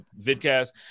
vidcast